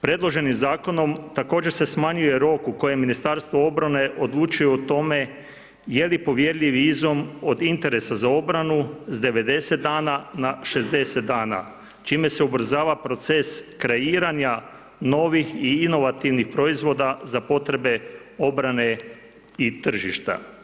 Predloženim zakonom također se smanjuje rok u kojem Ministarstvo obrane odlučuje o tome je li povjerljiv izum od interesa za obranu s 90 dana na 60 dana čime se ubrzava proces kreiranja novih i inovativnih proizvoda za potrebe obrane i tržišta.